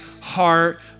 Heart